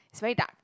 it's very dark